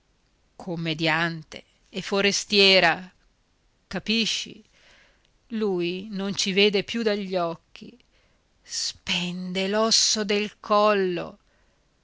commediante e forestiera capisci lui non ci vede più dagli occhi spende l'osso del collo